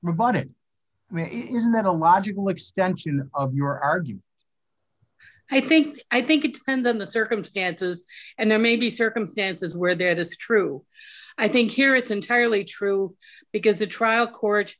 rebutted isn't that a logical extension of your argument i think i think it depends on the circumstances and there may be circumstances where there this true i think here it's entirely true because the trial court